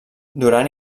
duran